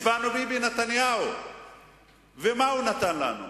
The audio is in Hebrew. אחד, ואני מצביעה עליו.